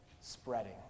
spreading